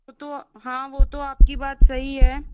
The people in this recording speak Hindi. तो हाँ वह तो आपकी बात सही है